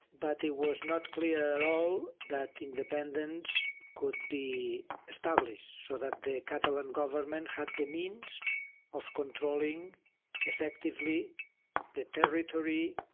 but it was not clear at all that independence could be established so that the catalan government had the means of controlling effectively the territory,